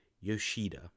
Yoshida